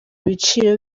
byiciro